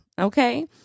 Okay